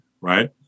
right